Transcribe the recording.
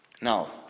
Now